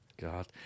God